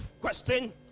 question